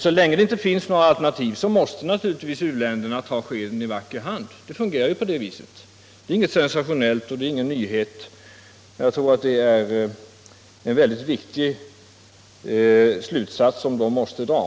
Så länge det inte finns några alternativ måste u-länderna naturligtvis ”ta skeden i vacker hand”. Det fungerar ju på det viset. Det är inget sensationellt, och det är ingen nyhet. Jag tror det är en synnerligen viktig slutsats som de måste dra.